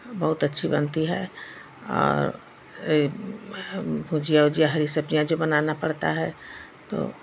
बहुत अच्छी बनती है और भुजिया उजिया हरी सब्जियाँ जो बनाना पड़ता है तो